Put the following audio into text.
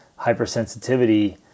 hypersensitivity